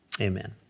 Amen